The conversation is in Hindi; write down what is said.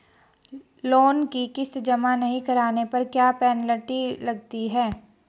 लोंन की किश्त जमा नहीं कराने पर क्या पेनल्टी लगती है?